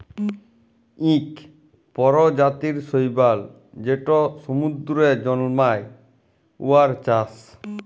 ইক পরজাতির শৈবাল যেট সমুদ্দুরে জল্মায়, উয়ার চাষ